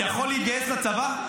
יכול להתגייס לצבא?